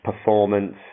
performance